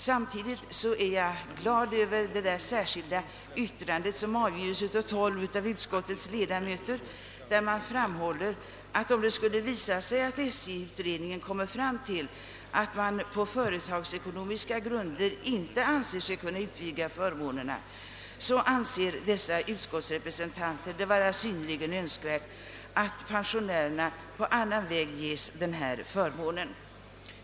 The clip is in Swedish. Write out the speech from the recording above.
Samtidigt är jag glad över det särskilda yttrande som avgivits av tolv av utskottets ledamöter, där de framhåller att de, om det skulle visa sig att SJ:s utredning kommer fram till att man på företagsekonomiska grunder inte kan utvidga förmånerna, anser det vara synnerligen önskvärt att åt pensionärerna på annan väg ges denna förmån.